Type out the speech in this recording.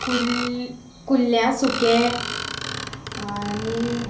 कुल्ल् कुल्ल्या सुकें आनी